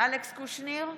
אלכס קושניר,